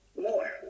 more